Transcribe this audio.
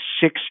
six